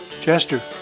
Chester